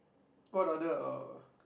what other uh